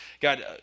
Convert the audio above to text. God